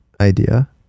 idea